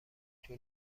طول